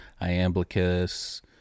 Iamblichus